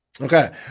Okay